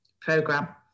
program